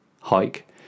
hike